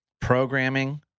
Programming